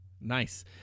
Nice